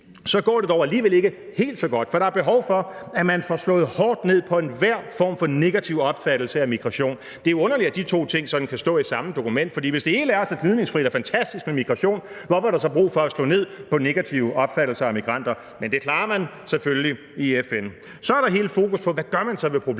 10 går det dog alligevel ikke helt så godt, for der er behov for, at man får slået hårdt ned på enhver form for negativ opfattelse af migration. Det er underligt, at de to ting kan stå i samme dokument, for hvis det hele er så gnidningsfrit og fantastisk med migration, hvorfor er der så brug for at slå ned på negative opfattelser af migranter? Men det klarer man selvfølgelig i FN. Så er der hele det fokus på, hvad man så gør ved problemerne.